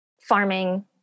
farming